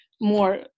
more